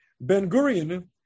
Ben-Gurion